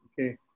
okay